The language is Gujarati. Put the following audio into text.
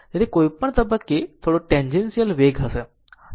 તેથી કોઈપણ તબક્કે થોડો ટેનગેશિયલ વેગ હશે